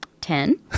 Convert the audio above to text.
Ten